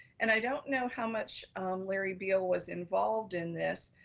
and i don't know how much larry bill was involved in this,